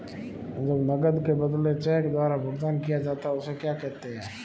जब नकद के बदले चेक द्वारा भुगतान किया जाता हैं उसे क्या कहते है?